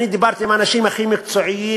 אני דיברתי עם אנשים הכי מקצועיים,